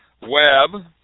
Web